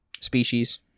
species